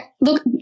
look